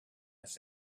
his